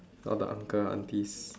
all the uncle aunties